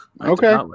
Okay